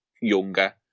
younger